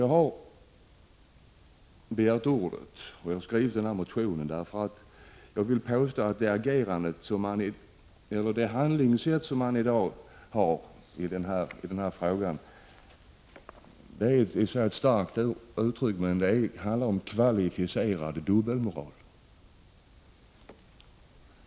Jag har begärt ordet och skrivit min motion därför att jag vill påstå att det handlingssätt man nu använder i denna fråga — för att använda ett starkt uttryck — är kvalificerad dubbelmoral.